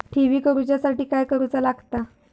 ठेवी करूच्या साठी काय करूचा लागता?